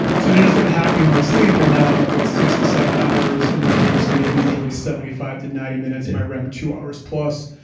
so then i started hacking my sleep and now i'm about six to seven hours in my deep sleep is usually seventy five to ninety minutes, and my rem two hours plus.